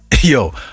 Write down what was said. yo